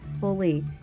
fully